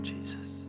Jesus